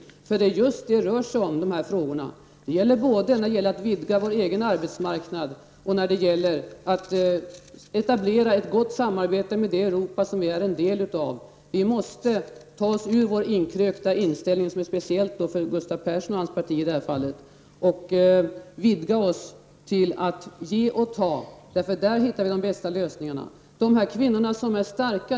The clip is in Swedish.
Det är nämligen just det som det handlar om när det gäller dessa frågor, både i vad gäller att vidga vår egen arbetsmarknad och i fråga om att etablera ett gott samarbete med det Europa som vi är en del av. Vi måste ta oss ur vår inkrökta inställning, och det gäller speciellt Gustav Persson och hans parti i det här fallet. Vi måste öppna oss för att ge och ta, eftersom vi på så sätt hittar de bästa lösningarna. Gustav Persson talar om de starka kvinnorna.